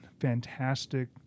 fantastic